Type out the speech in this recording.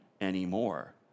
anymore